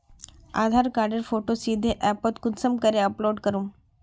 आधार कार्डेर फोटो सीधे ऐपोत कुंसम करे अपलोड करूम?